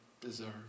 deserve